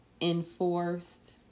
enforced